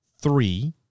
three